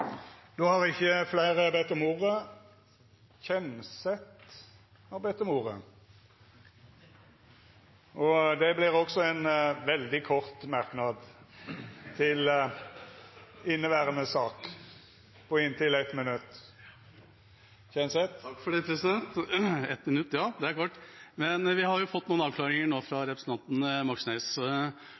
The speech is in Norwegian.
ordet to gonger tidlegare og får ordet til ein kort merknad, avgrensa til 1 minutt. Ett minutt, ja, det er kort. Vi har fått noen avklaringer nå fra representanten Moxnes.